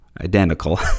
identical